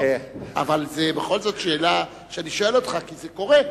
אבל זה בכל זאת שאלה שאני שואל אותך כי זה קורה.